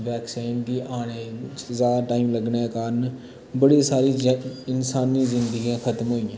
vaccine दी आने च ज्यादा टाइम लग्गने कारण बड़ी सारी इंसानी जिंदगियां खत्म होइयां